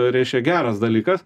reiškia geras dalykas